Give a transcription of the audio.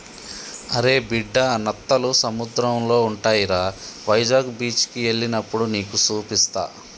అరే బిడ్డా నత్తలు సముద్రంలో ఉంటాయిరా వైజాగ్ బీచికి ఎల్లినప్పుడు నీకు సూపిస్తా